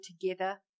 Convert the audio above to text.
together